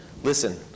Listen